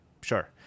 sure